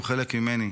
הוא חלק ממני,